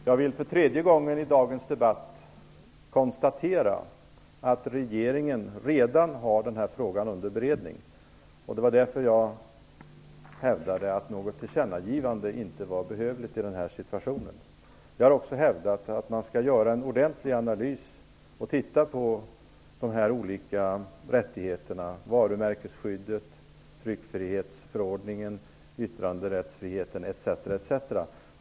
Herr talman! För tredje gången i dagens debatt konstaterar jag att regeringen redan har den här frågan under beredning. Därför hävdade jag att ett tillkännagivande inte var behövligt i den här situationen. Vidare har jag hävdat att man skall göra en ordentlig analys och att man skall titta på de olika rättigheterna -- varumärkesskyddet, tryckfrihetsförordningen, yttranderättsfriheten etc.